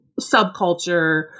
subculture